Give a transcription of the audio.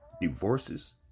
Divorces